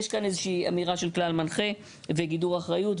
יש כאן איזושהי אמירה של כלל מנחה וגידור אחריות,